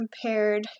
compared